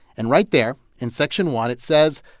and right there in section one it says,